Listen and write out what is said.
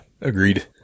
agreed